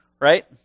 Right